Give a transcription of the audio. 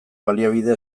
baliabide